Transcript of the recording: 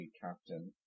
captain